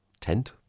tent